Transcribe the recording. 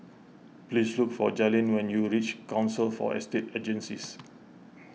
please look for Jalen when you reach Council for Estate Agencies